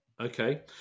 Okay